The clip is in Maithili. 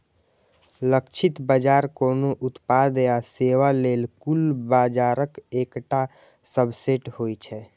लक्षित बाजार कोनो उत्पाद या सेवा लेल कुल बाजारक एकटा सबसेट होइ छै